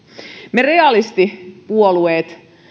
me realistipuolueet